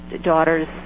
daughters